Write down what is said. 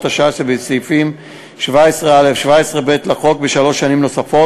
השעה שבסעיפים 17א ו-17ב לחוק בשלוש שנים נוספות.